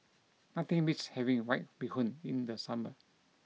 nothing beats having white bee hoon in the summer